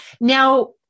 now